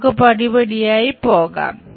നമുക്ക് പടിപടിയായി പോകാം